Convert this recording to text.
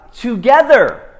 together